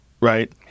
Right